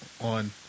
On